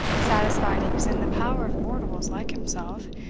satisfied he was in the power of mortals like himself,